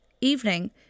evening